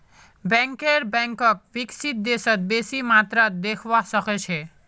banker बैंकक विकसित देशत बेसी मात्रात देखवा सके छै